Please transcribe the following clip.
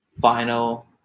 final